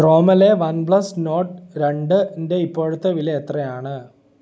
Chrome layer OnePlus Nord രണ്ടിൻ്റെ ഇപ്പോഴത്തെ വില എത്രയാണ്